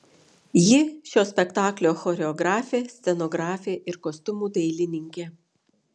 ji šio spektaklio choreografė scenografė ir kostiumų dailininkė